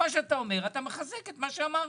מה שאתה אומר - אתה מחזק את מה שאמרנו.